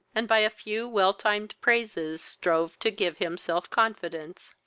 and by a few well-timed praises strove to give him self-confidence.